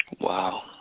Wow